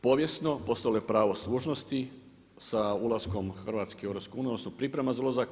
Povijesno postoji ono pravo služnosti sa ulaskom Hrvatske u EU, odnosno priprema za ulazak.